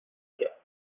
کرد